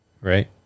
Right